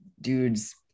dudes